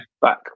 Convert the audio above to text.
back